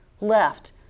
left